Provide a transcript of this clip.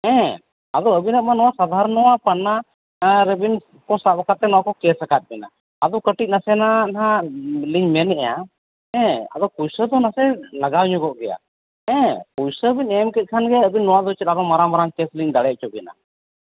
ᱦᱮᱸ ᱟᱫᱚ ᱟᱹᱵᱤᱱᱟᱜ ᱢᱟ ᱱᱚᱣᱟ ᱥᱟᱫᱷᱟᱨᱚᱱ ᱱᱚᱣᱟ ᱯᱟᱱᱱᱟ ᱨᱮᱵᱤᱱ ᱠᱚ ᱥᱟᱵ ᱠᱟᱛᱮᱫ ᱱᱚᱣᱟ ᱠᱚ ᱠᱮᱹᱥ ᱟᱠᱟᱫ ᱵᱤᱱᱟ ᱟᱫᱚ ᱠᱟᱹᱴᱤᱡ ᱱᱟᱥᱮᱱᱟᱜ ᱦᱟᱸᱜ ᱞᱤᱧ ᱢᱮᱱᱮᱫᱼᱟ ᱦᱮᱸ ᱟᱫᱚ ᱯᱩᱭᱥᱟᱹ ᱫᱚ ᱱᱟᱥᱮ ᱞᱟᱜᱟᱣ ᱧᱚᱜᱚᱜ ᱜᱮᱭᱟ ᱦᱮᱸ ᱯᱩᱭᱥᱟᱹ ᱵᱤᱱ ᱮᱢ ᱠᱮᱫ ᱠᱷᱟᱱ ᱜᱮ ᱱᱚᱣᱟᱫᱚ ᱪᱮᱫ ᱟᱨᱦᱚᱸ ᱢᱟᱨᱟᱝ ᱢᱟᱨᱟᱝ ᱠᱮᱹᱥ ᱞᱤᱧ ᱫᱟᱲᱮ ᱦᱚᱪᱚ ᱵᱤᱱᱟᱹ